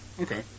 Okay